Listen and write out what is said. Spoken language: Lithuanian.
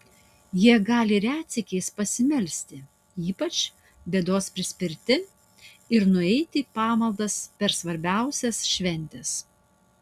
jie gali retsykiais pasimelsti ypač bėdos prispirti ir nueiti į pamaldas per svarbiausias šventes